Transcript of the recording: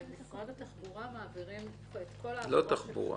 למשרד התחבורה מעבירים את כל העבירות.